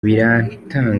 biratanga